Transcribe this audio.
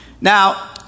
Now